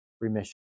remission